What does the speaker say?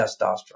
testosterone